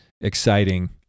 exciting